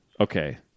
Okay